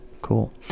Cool